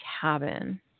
cabin